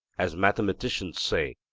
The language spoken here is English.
as mathematicians say,